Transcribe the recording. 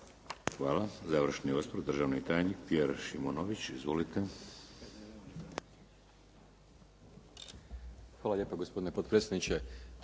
Hvala. Završni osvrt državni tajnik Pjer Šimunović. Izvolite.